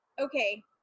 okay